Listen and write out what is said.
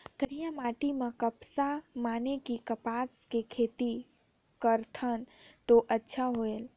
करिया माटी म कपसा माने कि कपास के खेती करथन तो अच्छा होयल?